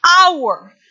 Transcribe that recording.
hour